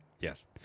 Yes